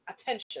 attention